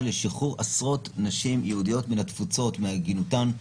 לשחרור עשרות נשים יהודיות מן התפוצות מעגינותן.